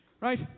right